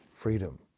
Freedom